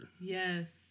Yes